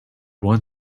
one